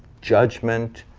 judgement,